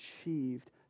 achieved